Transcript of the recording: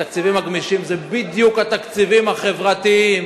התקציבים הגמישים הם בדיוק התקציבים החברתיים